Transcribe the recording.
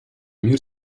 мир